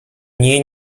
dni